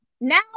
Now